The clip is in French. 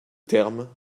termes